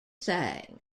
sang